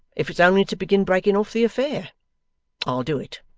if it's only to begin breaking off the affair i'll do it,